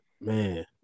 man